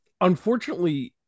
unfortunately